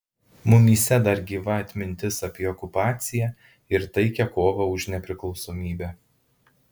mumyse dar gyva atmintis apie okupaciją ir taikią kovą už nepriklausomybę